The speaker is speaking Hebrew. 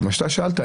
מה ששאלת,